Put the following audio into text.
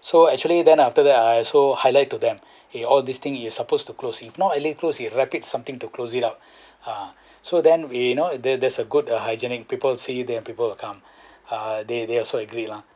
so actually then after that I also highlight to them eh all this thing you supposed to close it now I late close you grab it something to close it up ah so then we you know there there's a good uh hygienic people will see then people will come uh they they also agree lah